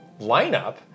lineup